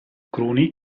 cruni